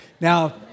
Now